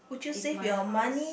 if my house